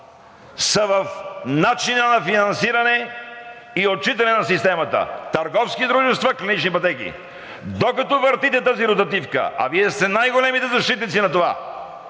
са в начина на финансиране и отчитане на системата – търговски дружества, клинични пътеки. Докато въртите тази ротативка, а Вие сте най-големите защитници на това,